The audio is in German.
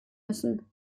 müssen